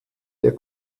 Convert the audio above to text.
der